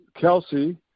Kelsey